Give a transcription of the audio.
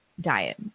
diet